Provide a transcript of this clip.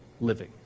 Living